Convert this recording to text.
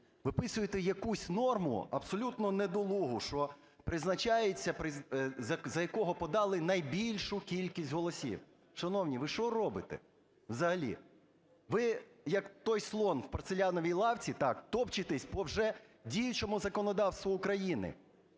виписуєте якусь норму, абсолютно недолугу, що за якого подали найбільшу кількість голосів. Шановні, ви що робите взагалі? Ви, як той слон в порцеляновій лавці, так, топчетеся по вже діючому законодавству України.